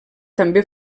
també